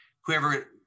Whoever